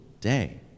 day